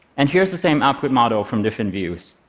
and here's the same output model from different views.